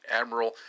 Admiral